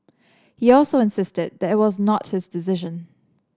he also insisted that it was not his decision